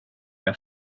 jag